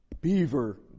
beaver